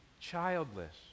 childless